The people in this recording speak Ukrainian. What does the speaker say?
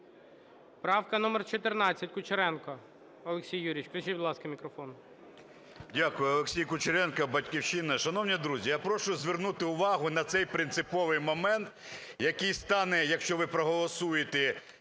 Правка номер 14, Кучеренко Олексій Юрійович. Включіть, будь ласка, мікрофон. 13:43:07 КУЧЕРЕНКО О.Ю. Дякую. Олексій Кучеренко, "Батьківщина". Шановні друзі, я прошу звернути увагу на цей принциповий момент, який стане, якщо ви проголосуєте